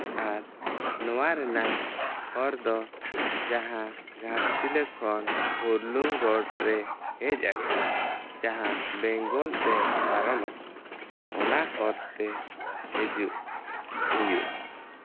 ᱟᱨ ᱱᱚᱣᱟ ᱨᱮᱱᱟᱜ ᱦᱚᱨ ᱫᱚ ᱡᱟᱦᱟᱸ ᱜᱷᱟᱴᱥᱤᱞᱟᱹ ᱠᱷᱚᱱ ᱦᱩᱲᱞᱩᱝ ᱨᱳᱰ ᱨᱮ ᱦᱮᱡ ᱟᱠᱟᱱᱟ ᱡᱟᱦᱟᱸ ᱵᱮᱝᱜᱚᱞ ᱥᱮᱫ ᱯᱟᱨᱚᱢ ᱟᱠᱟᱱᱟ ᱚᱱᱟ ᱦᱚᱨᱛᱮ ᱦᱤᱡᱩᱜ ᱦᱩᱭᱩᱜᱼᱟ